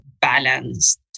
balanced